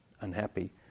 unhappy